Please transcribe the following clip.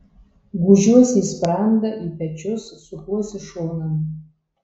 gūžiuosi į sprandą į pečius sukuosi šonan